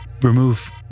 remove